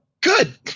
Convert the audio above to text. good